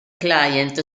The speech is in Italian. client